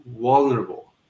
vulnerable